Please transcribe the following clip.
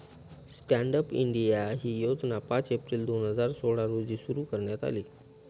stand up India ही योजना पाच एप्रिल दोन हजार सोळा रोजी सुरु करण्यात आली